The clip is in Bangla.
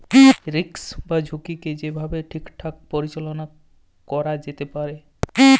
রিস্ক বা ঝুঁকিকে যে ভাবে ঠিকঠাক পরিচাললা ক্যরা যেতে পারে